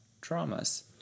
dramas